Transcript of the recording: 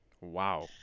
Wow